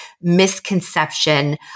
misconception